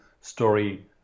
story